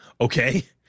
Okay